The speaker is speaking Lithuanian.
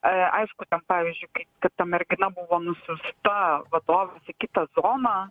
a aišku ten pavyzdžiui kai kaip ta mergina buvo nusiųsta vadovas kitą zoną